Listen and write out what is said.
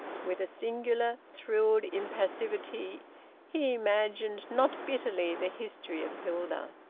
with a singular thrilled impassivity he imagined, not bitterly, the history of hilda.